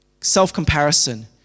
self-comparison